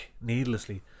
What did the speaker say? needlessly